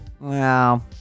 Wow